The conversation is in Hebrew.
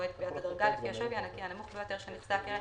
מועד קביעת הדרגה) לפי השווי הנקי הנמוך ביותר של נכסי הקרן